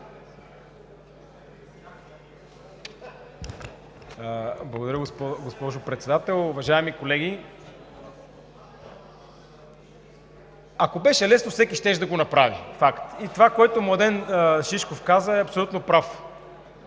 Благодаря, госпожо Председател. Уважаеми колеги, ако беше лесно, всеки щеше да го направи – qфакт. В това, което Младен Шишков каза, е абсолютно прав.